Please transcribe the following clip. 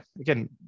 again